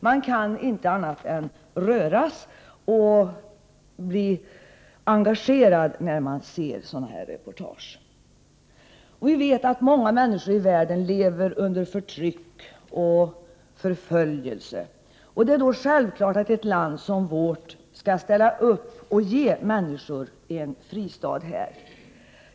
Man kan inte annat än att röras och bli engagerad när man ser sådana reportage. Vi vet att många människor i världen lever under förtryck och förföljelse. Det är då självklart att ett land som Sverige skall ställa upp och ge människor en fristad.